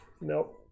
Nope